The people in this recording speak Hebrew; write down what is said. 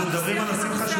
אנחנו מדברים על נושאים חשובים.